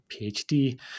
PhD